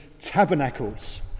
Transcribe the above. tabernacles